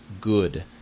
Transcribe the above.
good